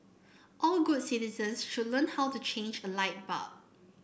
all good citizens should learn how to change a light bulb